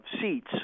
seats